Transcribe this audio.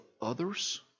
others